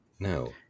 No